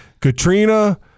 Katrina